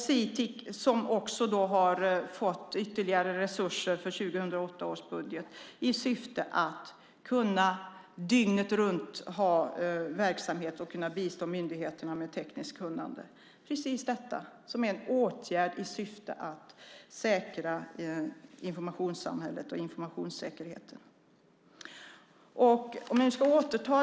Sitic har fått ytterligare resurser för 2008 års budget i syfte att dygnet runt kunna ha verksamhet och bistå myndigheterna med tekniskt kunnande. Detta är en åtgärd i syfte att säkra informationssamhället och informationssäkerheten.